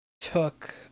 took